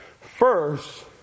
First